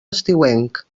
estiuenc